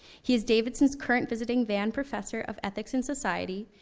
he's davidson's current visiting vann professor of ethics in society.